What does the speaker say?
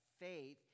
faith